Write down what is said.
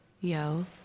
yo